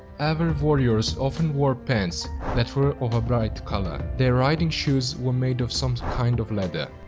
avar warriors often wore pants that were of a bright color. their riding shoes were made of some kind of leather.